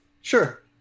Sure